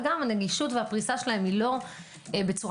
וגם הנגישות והפריסה שלהם לא בצורה